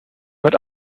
but